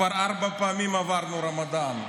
כבר ארבע פעמים עברנו רמדאן.